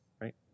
Right